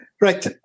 right